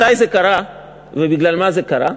מתי זה קרה ובגלל מה זה קרה?